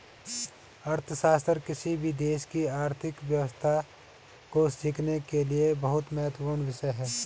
अर्थशास्त्र किसी भी देश की आर्थिक व्यवस्था को सीखने के लिए बहुत महत्वपूर्ण विषय हैं